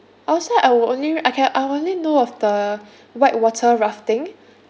outside I will only I can I only know of the white water rafting